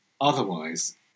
Otherwise